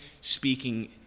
speaking